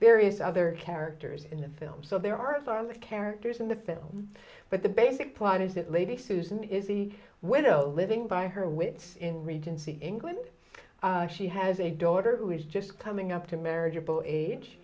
various other characters in the film so there are four of the characters in the film but the basic plot is that lady susan is a widow living by her wits in regency england she has a daughter who is just coming up to marriage